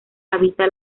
habita